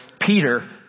Peter